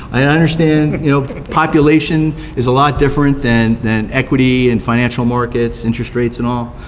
i understand you know population is a lot different than than equity and financial markets, interest rates and all,